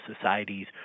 societies